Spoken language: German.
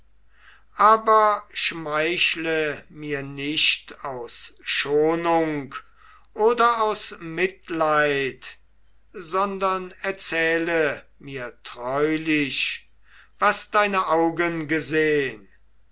aber schmeichle mir nicht aus schonung oder aus mitleid sondern erzähle mir treulich was deine augen gesehen